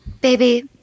Baby